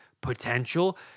potential